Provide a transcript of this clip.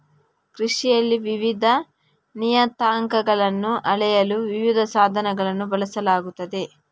ಕೃಷಿಯಲ್ಲಿ ವಿವಿಧ ನಿಯತಾಂಕಗಳನ್ನು ಅಳೆಯಲು ವಿವಿಧ ಸಾಧನಗಳನ್ನು ಬಳಸಲಾಗುತ್ತದೆ